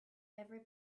every